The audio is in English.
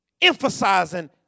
emphasizing